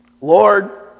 Lord